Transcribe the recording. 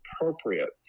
appropriate